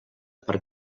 per